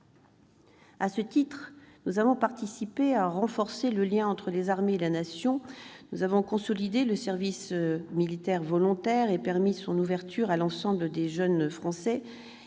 À ce titre, nous avons participé à renforcer le lien entre les armées et la Nation. Nous avons consolidé le service militaire volontaire et permis son ouverture à l'ensemble des jeunes Français,